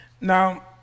Now